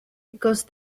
because